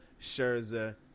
Scherzer